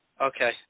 Okay